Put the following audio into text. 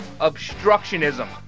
obstructionism